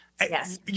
Yes